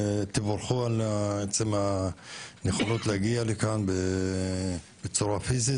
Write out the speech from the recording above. תבורכו על עצם הנכונות להגיע לכאן בצורה פיזית,